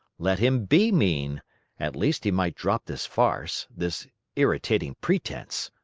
let him be mean at least he might drop this farce, this irritating pretense.